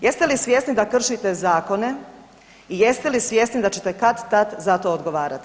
Jeste li svjesni da kršite zakone i jeste li svjesni da ćete kad-tad za to odgovarati.